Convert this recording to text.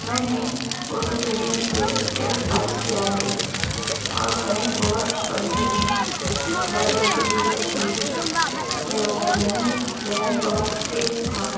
میں نے اردو میڈیم سے ٹنتھ پاس کیا ہے اور میں بہت پڑھنے میں بہت انٹلیجنٹ تھی میرا ذہنی ذہن بہت تیز تھا